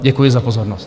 Děkuji za pozornost.